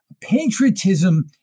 Patriotism